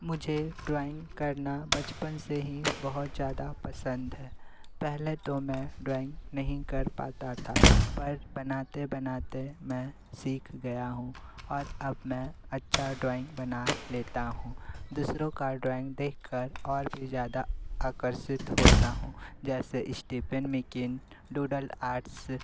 मुझे ड्राॅइंग करना बचपन से ही बहुत ज़्यादा पसंद है पहले तो मैं ड्राॅइंग नहीं कर पता था पर बनाते बनाते मैं सीख गया हूँ और अब मैं अच्छी ड्राॅइंग बना लेता हूँ दूसरों की ड्राॅइंग देख कर और भी ज़्यादा आकर्षित होता हूँ जैसे स्टीफेन मेकिन डूडल आर्ट्स